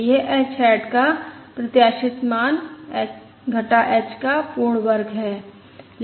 तो यह h hat का प्रत्याशित मान घटा h का पूर्ण वर्ग है